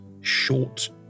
short